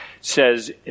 says